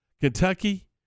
Kentucky